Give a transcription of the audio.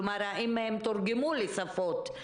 כלומר האם הם תורגמו לשפות.